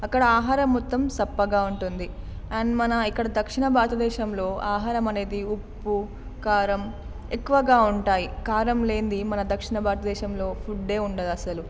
ఇక్కడ ఆహారం మొత్తం సప్పగా ఉంటుంది అండ్ మన ఇక్కడ దక్షిణ భారతదేశంలో ఆహారం అనేది ఉప్పు కారం ఎక్కువగా ఉంటాయి కారం లేనిది మన దక్షిణ భారతదేశంలో ఫుడ్డే ఉండదసలు